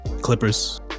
clippers